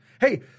Hey